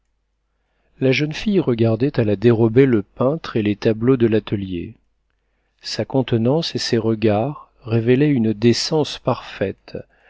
la jeune fille regardait à la dérobée le peintre et les tableaux de l'atelier sa contenance et ses regards révélaient une décence parfaite